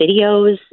videos